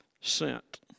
sent